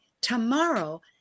tomorrow